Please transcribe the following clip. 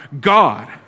God